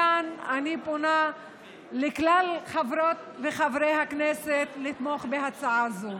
מכאן אני פונה לכלל חברות וחברי הכנסת לתמוך בהצעה זו.